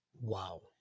Wow